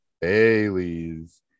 Bailey's